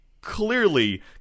clearly